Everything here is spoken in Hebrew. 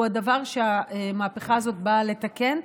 הוא הדבר שהמהפכה הזאת באה לתקן,